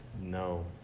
no